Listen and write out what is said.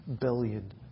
billion